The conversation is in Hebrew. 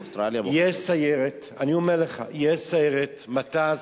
אני אומר לך, יש סיירת מטס,